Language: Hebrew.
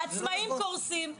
העצמאים קורסים,